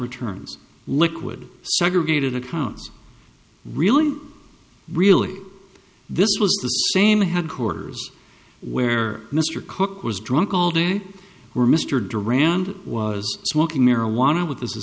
returns liquid segregated accounts really really this was the same headquarters where mr cook was drunk all day were mr duran was smoking marijuana with his